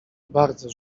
bardzo